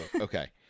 okay